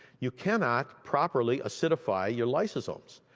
you cannot properly acidify your lysosomes.